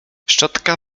szczotka